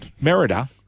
Merida